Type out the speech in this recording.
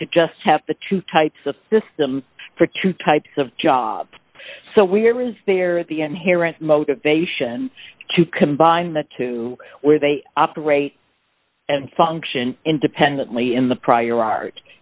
to just have the two types of system for two types of jobs so we're was there at the end here as motivation to combine the two where they operate and function independently in the prior